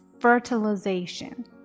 Fertilization